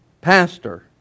Pastor